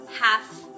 half